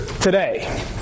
today